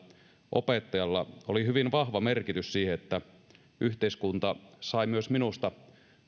opettajalla oli hyvin vahva merkitys siihen että yhteiskunta sai myös minusta